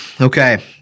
Okay